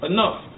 Enough